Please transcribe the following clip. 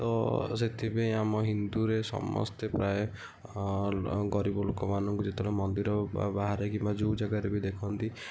ତ ସେଥିପାଇଁ ଆମ ହିନ୍ଦୁରେ ସମସ୍ତେ ପ୍ରାୟ ଗରିବ ଲୋକମାନଙ୍କୁ ଯେତେବେଳେ ମନ୍ଦିର ବାହାରେ କିମ୍ବା ଯେଉଁ ଜାଗାରେ ବି ଦେଖନ୍ତି